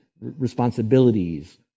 responsibilities